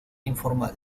informal